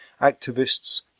activists